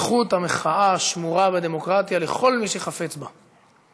זכות המחאה שמורה בדמוקרטיה לכל מי שחפץ בה.